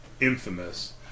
infamous